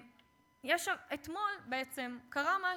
היושב-ראש, כנסת נכבדה,